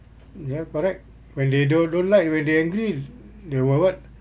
ya correct when they don~ don't like when they angry they will what